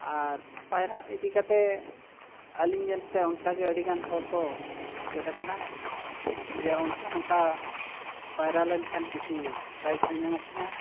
ᱟᱨ ᱯᱟᱭᱨᱟᱜ ᱤᱫᱤ ᱠᱟᱛᱮ ᱟᱹᱞᱤᱧ ᱧᱮᱞ ᱛᱮ ᱚᱱᱠᱟ ᱜᱮ ᱟᱹᱰᱤ ᱜᱟᱱ ᱦᱚᱲ ᱠᱚ ᱪᱮᱫ ᱟᱠᱟᱱᱟ ᱡᱮ ᱚᱱᱠᱟ ᱱᱚᱝᱠᱟ ᱯᱟᱭᱨᱟ ᱞᱮᱱᱠᱷᱟᱱ ᱠᱤᱪᱷᱤ ᱯᱨᱟᱭᱤᱡ ᱦᱚᱸ ᱧᱟᱢᱚᱜ ᱠᱟᱱᱟ